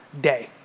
day